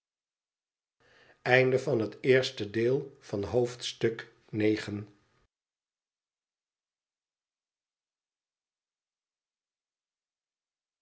hoofdstuk van het eerste deel van het